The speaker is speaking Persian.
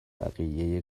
بقیه